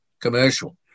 commercial